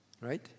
Right